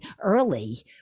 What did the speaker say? early